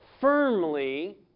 firmly